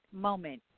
moment